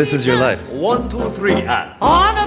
this is your life was on